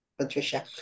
Patricia